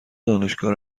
دانشگاه